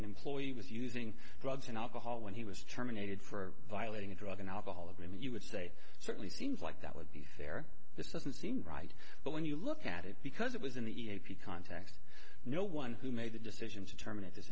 employee was using drugs and alcohol when he was terminated for violating a drug and alcohol agreement you would say certainly seems like that would be fair this doesn't seem right but when you look at it because it was in the e a p context no one who made the decision to terminate